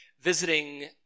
visiting